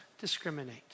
discriminate